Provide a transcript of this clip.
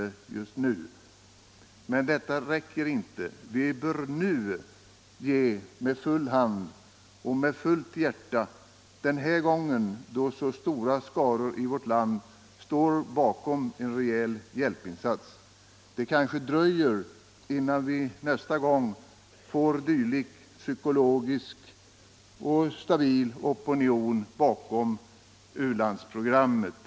Nr 142 Men detta räcker inte Vi bör den här gången, då så stora skaror i vårt Torsdagen den land står bakom en rejäl hjälpinsats, ge med full hand och med fullt 12 december 1974 hjärta. Det kanske dröjer innan vi nästa gång får en dylik psykologisk = situation och stabil opinion bakom oss beträffande u-landsprogrammet.